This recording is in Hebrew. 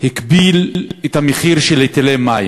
הכפיל את המחיר של היטלי המים,